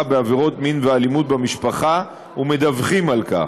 בעבירות מין ואלימות במשפחה ומדווחים על כך.